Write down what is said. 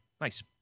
Nice